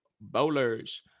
Bowlers